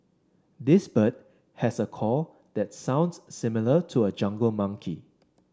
this bird has a call that sounds similar to a jungle monkey